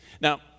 Now